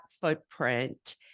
footprint